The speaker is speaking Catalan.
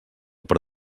per